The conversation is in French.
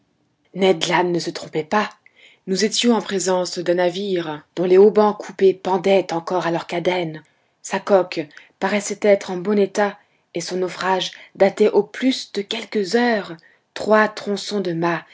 ne se trompait pas nous étions en présence d'un navire dont les haubans coupés pendaient encore a leurs cadènes sa coque paraissait être en bon état et son naufrage datait au plus de quelques heures trois tronçons de mâts